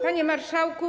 Panie Marszałku!